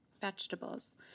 vegetables